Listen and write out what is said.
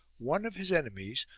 one of his enemies,